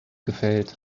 gefällt